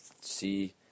see